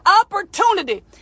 opportunity